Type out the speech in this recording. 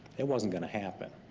it wasn't gonna happen.